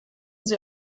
sie